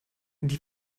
die